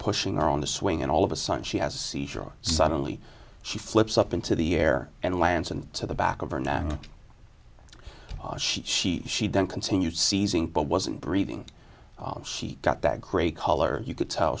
pushing our on the swing and all of a sudden she has a seizure suddenly she flips up into the air and lands and to the back of her now she she don't continue seizing but wasn't breathing she got that great color you could tell